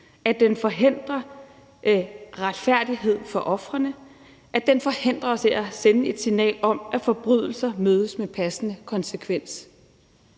at den forhindrer retfærdighed for ofrene, at den forhindrer os i at sende et signal om, at forbrydelser mødes med passende konsekvens.